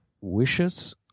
wishes